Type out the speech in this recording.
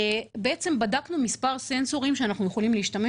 בעצם בדקנו מספר סנסורים שאנחנו יכולים להשתמש